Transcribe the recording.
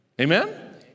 Amen